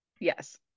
Yes